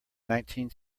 nineteen